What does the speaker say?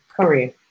career